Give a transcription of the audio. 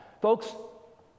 Folks